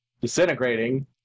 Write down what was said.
disintegrating